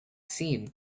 seen